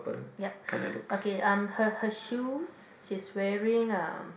yup okay um her her shoes she's wearing um